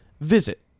Visit